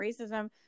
racism